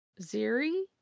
Ziri